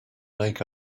make